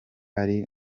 ari